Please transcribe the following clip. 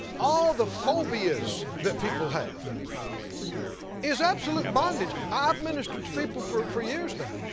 all the phobias that people have is abolute bondage. i've ministered people for for years now,